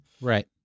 Right